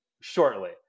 shortly